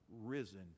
risen